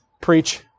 preach